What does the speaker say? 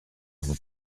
vous